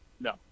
No